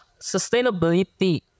sustainability